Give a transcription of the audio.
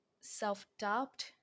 self-doubt